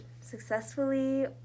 successfully